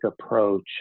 approach